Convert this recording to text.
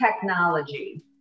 technology